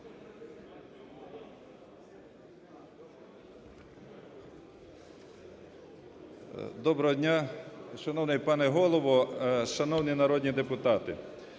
Доброго дня, шановний пане Голово, шановні народні депутати.